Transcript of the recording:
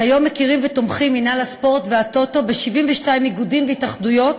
כיום מינהל הספורט והטוטו מכירים ותומכים ב-72 איגודים והתאחדויות,